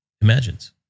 imagines